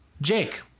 Jake